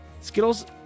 Skittles